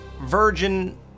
virgin